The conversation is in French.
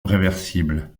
réversibles